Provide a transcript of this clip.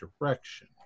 direction